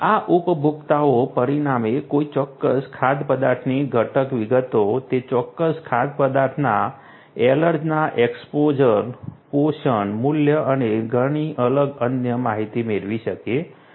આ ઉપભોક્તાઓ પરિણામે કોઈ ચોક્કસ ખાદ્ય પદાર્થની ઘટક વિગતો તે ચોક્કસ ખાદ્ય પદાર્થના એલર્જન એક્સપોઝર પોષણ મૂલ્ય અને ઘણી અલગ અન્ય માહિતી મેળવી શકે છે